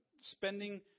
spending